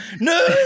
no